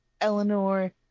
Eleanor